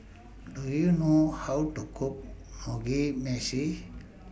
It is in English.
Do YOU know How to Cook Mugi Meshi